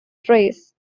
thrace